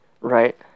right